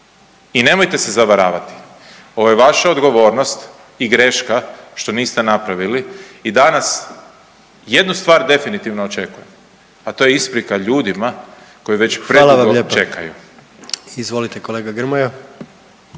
i nemojte se zavaravati ovo je vaša odgovornost i greška što niste napravili i danas jednu stvar definitivno očekujem, a to je isprika ljudima koji …/Upadica: Hvala vam lijepa./… već predugo čekaju.